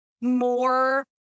more